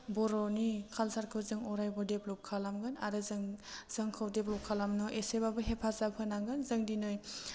बर'नि कालसारखौ जों अरायबो देब्लप खालामगोन आरो जों जोंखौ देब्लप खालामनो एसेबाबो हेफाजाब होनांगोन जों दिनै